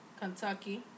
Kentucky